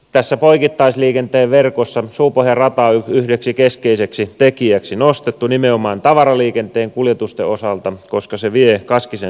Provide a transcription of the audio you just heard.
tässä poikittaisliikenteen verkossa suupohjan rata on yhdeksi keskeiseksi tekijäksi nostettu nimenomaan tavaraliikenteen kuljetusten osalta koska se vie kaskisen satamaan